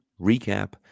recap